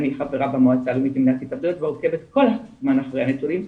אני חברה במועצה הלאומית למניעת התאבדויות ועוקבת כל הזמן אחרי הנתונים,